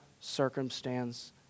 circumstance